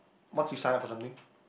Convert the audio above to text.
once you sign up for something